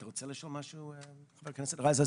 אתה רוצה לשאול משהו, חה"כ רז?